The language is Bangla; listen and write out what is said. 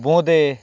বোঁদে